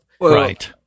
right